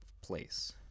place